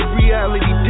reality